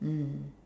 mm